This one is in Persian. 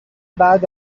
بعد